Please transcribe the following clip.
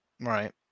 Right